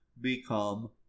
become